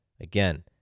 Again